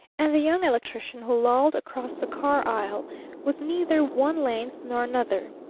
and the young electrician who lolled across the car aisle was neither one length nor another,